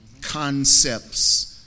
concepts